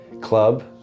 Club